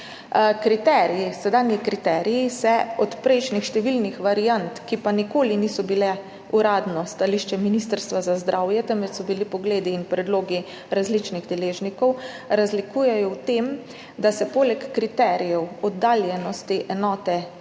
Sedanji kriteriji se od prejšnjih številnih variant, ki pa nikoli niso bile uradno stališče Ministrstva za zdravje, temveč so bili pogledi in predlogi različnih deležnikov, razlikujejo v tem, da se poleg kriterijev oddaljenosti enote NMP,